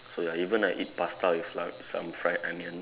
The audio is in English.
so ya even I eat pasta with like some fried onion